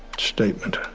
statement.